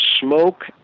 smoke